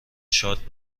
شاد